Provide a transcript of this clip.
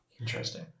interesting